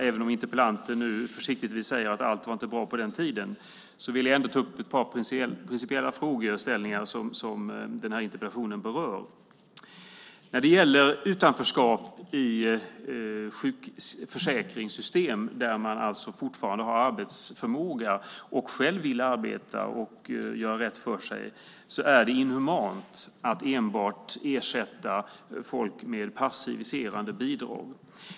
Även om interpellanten lite försiktigt sade att allt inte var bra på den tiden vill jag ändå ta upp ett par principiella frågor som interpellationen berör. När det gäller utanförskap i sjukförsäkringssystemet är det inhumant att enbart ersätta folk med passiviserande bidrag om de fortfarande har arbetsförmåga och vill arbeta och göra rätt för sig.